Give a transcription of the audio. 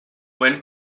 when